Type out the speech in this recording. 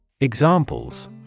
Examples